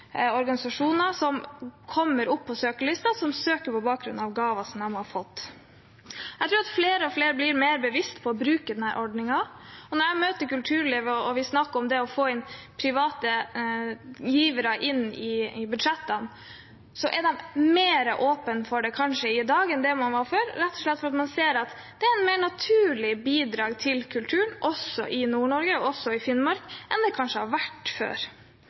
organisasjoner som kommer opp på søkerlista, og som søker på bakgrunn av gaver de har fått. Jeg tror flere og flere blir mer bevisste på å bruke denne ordningen, og når jeg møter kulturlivet og vi snakker om det å få inn private givere i budsjettene, er de kanskje mer åpne for det i dag enn man var før, rett og slett fordi de ser at det er mer naturlig bidrag til kulturen også i Nord-Norge – også i Finnmark – enn det kanskje har vært før.